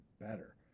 better